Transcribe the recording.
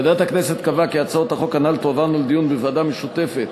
ועדת הכנסת קבעה כי הצעות החוק הנ"ל תועברנה לדיון בוועדה משותפת